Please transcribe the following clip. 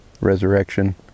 resurrection